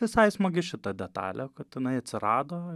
visai smagi šita detalė kad jinai atsirado